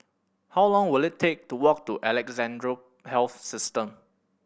how long will it take to walk to Alexandra Health System